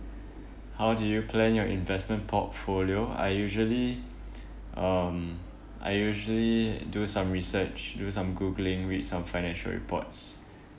how do you plan your investment portfolio I usually um I usually do some research do some googling read some financial reports